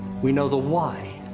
we know the why.